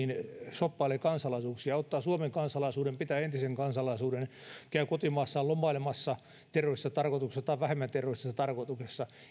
shoppailee kansalaisuuksia ja ottaa suomen kansalaisuuden pitää entisen kansalaisuuden käy kotimaassaan lomailemassa terroristisessa tarkoituksessa tai vähemmän terroristisessa tarkoituksessa